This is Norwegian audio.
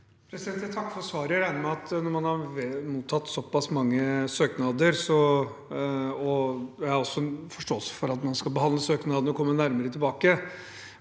regner med at når man har mottatt såpass mange søknader – og jeg har også forståelse for at man skal behandle søknadene og komme nærmere tilbake